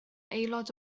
aelod